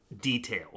detail